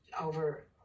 over